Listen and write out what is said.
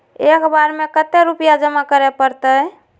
एक बार में कते रुपया जमा करे परते?